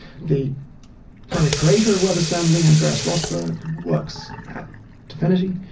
the primary creator of webassembly, andreas roassberg works at dfinity.